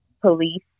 police